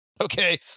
Okay